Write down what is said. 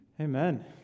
Amen